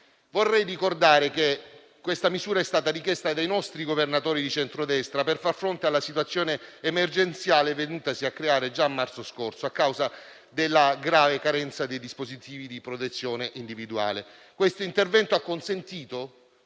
Vorrei ricordare che questa misura è stata richiesta dei nostri governatori di centrodestra per far fronte alla situazione emergenziale venutasi a creare già a marzo scorso a causa della grave carenza dei dispositivi di protezione individuale. Questo intervento ha consentito